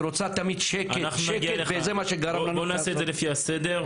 היא רוצה תמיד שקט וזה מה שגרם --- בואו נעשה את זה לפי הסדר.